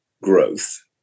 growth